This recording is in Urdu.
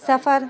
سفر